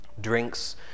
Drinks